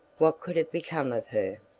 what could have become of her?